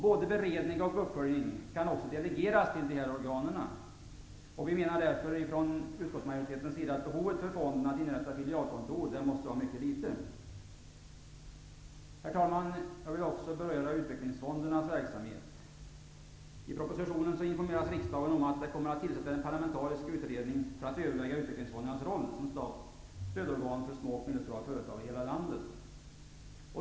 Både beredning och uppföljning bör kunna delegeras till dessa organ. Vi menar därför från utskottsmajoritetens sida att fondens behov av att inrätta filialkontor måste vara mycket litet. Herr talman! Jag vill också beröra utvecklingsfondernas verksamhet. I propositionen informeras riksdagen om att det kommer att tillsättas en parlamentarisk utredning för att överväga utvecklingsfondernas roll som statens stödorgan för små och medelstora företag i hela landet.